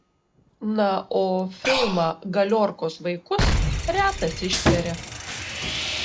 na o filmą galiorkos vaikus retas ištveria